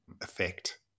effect